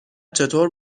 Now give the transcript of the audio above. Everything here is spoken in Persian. چطور